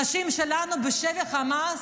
נשים שלנו בשבי חמאס,